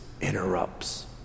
interrupts